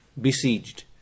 besieged